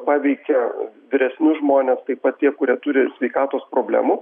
paveikia vyresnius žmones taip pat tie kurie turi sveikatos problemų